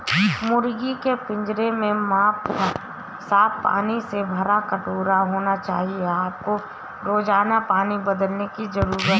मुर्गी के पिंजरे में साफ पानी से भरा कटोरा होना चाहिए आपको रोजाना पानी बदलने की जरूरत है